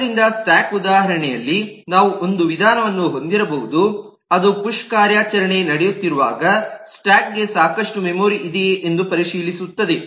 ಆದ್ದರಿಂದ ಸ್ಟಾಕ್ ಉದಾಹರಣೆಯಲ್ಲಿ ನಾವು ಒಂದು ವಿಧಾನವನ್ನು ಹೊಂದಿರಬಹುದು ಅದು ಪುಶ್ ಕಾರ್ಯಾಚರಣೆ ನಡೆಯುತ್ತಿರುವಾಗ ಸ್ಟಾಕ್ ಗೆ ಸಾಕಷ್ಟು ಮೆಮೊರಿ ಇದೆಯೇ ಎಂದು ಪರಿಶೀಲಿಸುತ್ತದೆ